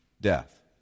death